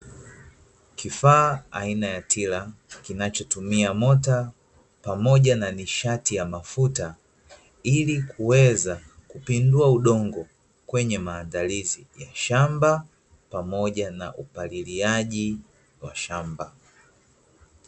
Kifaa aina ya tila, kinachotumia mota pamoja na nishati ya mafuta, ili kuweza kupindua udongo kwenye maandalizi ya shamba, pamoja na upaliliaji wa shamba.